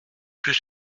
plus